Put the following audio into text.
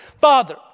Father